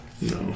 No